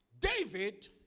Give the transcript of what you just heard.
David